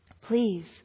Please